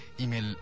email